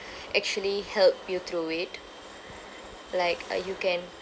actually help you through it like uh you can